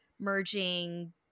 Merging